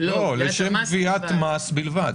לא, "לשם גביית מס בלבד".